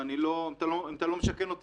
אם אתה לא משכן אותי,